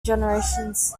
generations